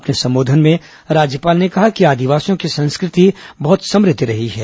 अपने संबोधन में राज्यपाल ने कहा कि आदिवासियों की संस्कृति बहुत समृद्ध रही है